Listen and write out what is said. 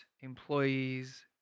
employees